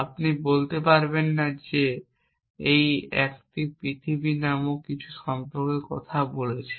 আপনি বলতে পারবেন না যে এই 1 পৃথিবী নামক কিছু সম্পর্কে কথা বলছে